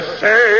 say